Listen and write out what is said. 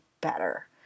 better